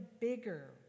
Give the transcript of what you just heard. bigger